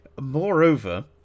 Moreover